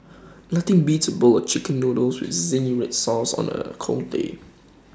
nothing beats A bowl of Chicken Noodles with Zingy Red Sauce on A cold day